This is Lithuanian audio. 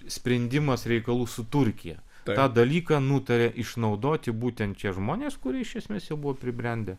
sprendimas reikalų su turkija tą dalyką nutarė išnaudoti būtent šie žmonės kurie iš esmės jau buvo pribrendę